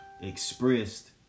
expressed